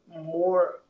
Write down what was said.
more